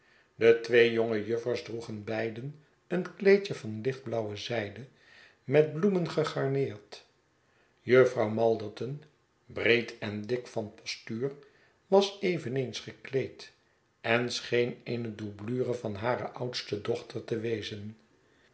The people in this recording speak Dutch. de twee jonge juffers droegen beiden een kleedje vanlichtblauwe zijde met bloemen gegarneerd jufvrouw malderton breed en dik van postuur was eveneens gekleed en scheen eene doublure van hare oudste dochter te wezen